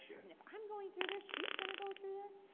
i mean if i'm going through this she's going to go through this.